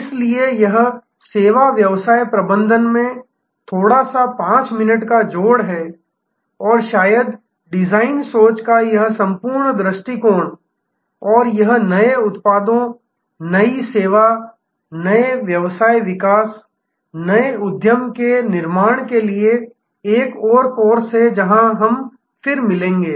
इसलिए यह सेवा व्यवसाय प्रबंधन में थोड़ा सा 5 मिनट का जोड़ है और शायद डिजाइन सोच का यह संपूर्ण दृष्टिकोण और यह नए उत्पादों नई सेवा नए व्यवसाय विकास नए उद्यम निर्माण के लिए एक और कोर्स है जहां हम फिर मिलेंगे